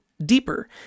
deeper